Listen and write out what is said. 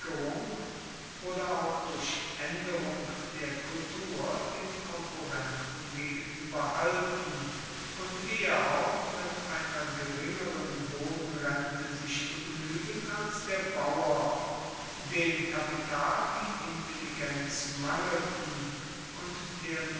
oder auch durch aenderung der kultur den konkurrenten gegenueber halten und eher auch mit einer geringeren bodenrente sich begnuegen als der bauer dem kapital wie intelligenz mangelten und der